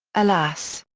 alas!